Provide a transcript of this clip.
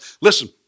listen